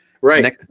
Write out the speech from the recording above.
Right